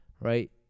Right